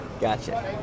Gotcha